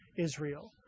Israel